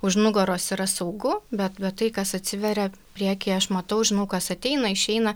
už nugaros yra saugu bet tai kas atsiveria priekyje aš matau žinau kas ateina išeina